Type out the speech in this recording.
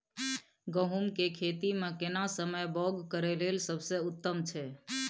गहूम के खेती मे केना समय बौग करय लेल सबसे उत्तम छै?